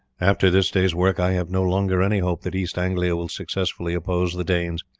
after this day's work i have no longer any hope that east anglia will successfully oppose the danes.